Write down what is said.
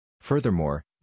Furthermore